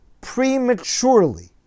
prematurely